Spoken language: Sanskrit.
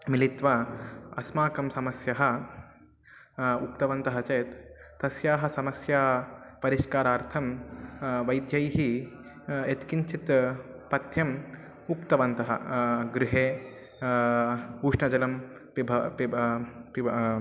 मिलित्वा अस्माकं समस्या उक्तवन्तः चेत् तस्याः समस्यायाः परिष्कारार्थं वैद्यैः यत्किञ्चित् पथ्यम् उक्तवन्तः गृहे ऊष्णजलं पिब पिब पिब